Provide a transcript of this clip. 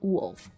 Wolf